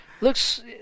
Looks